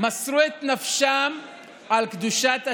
מסרו את נפשם על קדושת השבת.